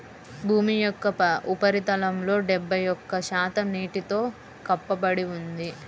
భూమి యొక్క ఉపరితలంలో డెబ్బై ఒక్క శాతం నీటితో కప్పబడి ఉంది